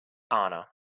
anna